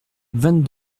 vingt